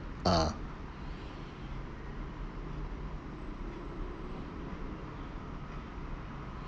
uh